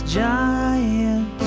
giant